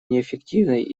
неэффективной